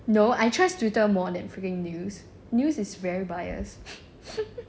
no I trust twitter more than freaking news news is very biased